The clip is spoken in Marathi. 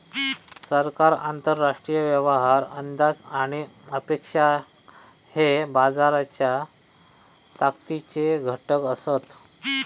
सरकार, आंतरराष्ट्रीय व्यवहार, अंदाज आणि अपेक्षा हे बाजाराच्या ताकदीचे घटक असत